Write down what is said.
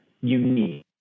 unique